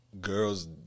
girls